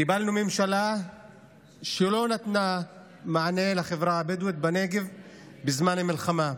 קיבלנו ממשלה שלא נתנה מענה לחברה הבדואית בנגב בזמן המלחמה.